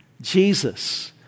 Jesus